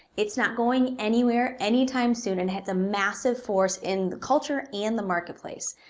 it's not going anywhere anytime soon and has a massive force in the culture and the marketplace.